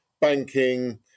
banking